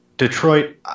Detroit